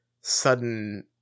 sudden